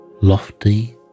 lofty